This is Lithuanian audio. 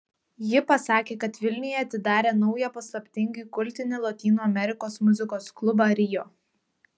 ji pasakė kad vilniuje atidarė naują paslaptingai kultinį lotynų amerikos muzikos klubą rio